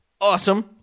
Awesome